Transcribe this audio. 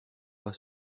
pas